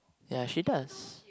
ya she does